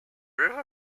river